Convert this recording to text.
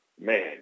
Man